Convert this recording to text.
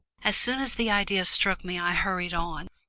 as soon as the idea struck me i hurried on,